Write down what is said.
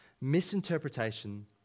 misinterpretation